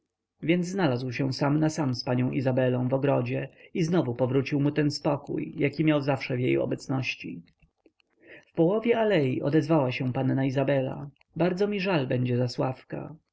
więc znalazł się sam z panną izabelą w ogrodzie i znowu powrócił mu ten spokój jaki miał zawsze w jej obecności w połowie alei odezwała się panna izabela bardzo mi żal będzie zasławka